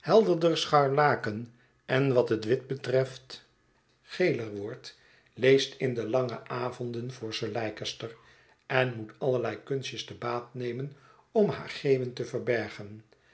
helderder scharlaken en wat het wit betreft geler wordt leest in de lange avonden voor sir leicester en moet allerlei kunstjes te baat nemen om haar geeuwen te verbergen